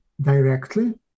directly